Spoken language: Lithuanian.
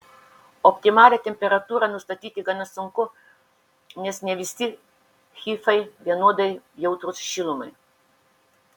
optimalią temperatūrą nustatyti gana sunku nes ne visi hifai vienodai jautrūs šilumai